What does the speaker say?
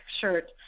shirt